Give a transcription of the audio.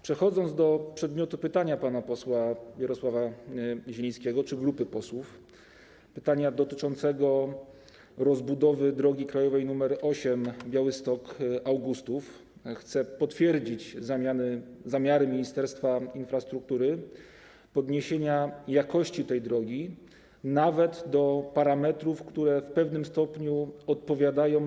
Przechodząc do przedmiotu pytania pana posła Jarosława Zielińskiego czy grupy posłów, pytania dotyczącego rozbudowy drogi krajowej nr 8 na odcinku Białystok - Augustów, chcę potwierdzić zamiary Ministerstwa Infrastruktury podniesienia jakości tej drogi nawet do parametrów, które w pewnym stopniu odpowiadają drogom ekspresowym.